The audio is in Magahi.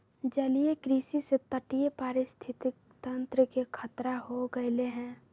जलीय कृषि से तटीय पारिस्थितिक तंत्र के खतरा हो गैले है